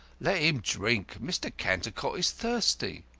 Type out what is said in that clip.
let him drink. mr. cantercot is thirsty.